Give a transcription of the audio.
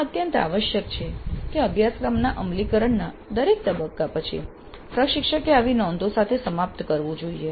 આ અત્યંત આવશ્યક છે કે અભ્યાસક્રમના અમલીકરણના દરેક તબક્કા પછી પ્રશિક્ષકે આવી નોંધો સાથે સમાપ્ત કરવું જોઈએ